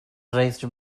raised